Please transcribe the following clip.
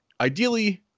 Ideally